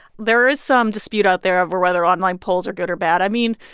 there is some dispute out there over whether online polls are good or bad. i mean,